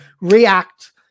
react